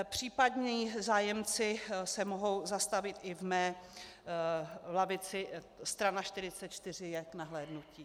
Případní zájemci se mohou zastavit i v mé lavici, strana 44 je k nahlédnutí.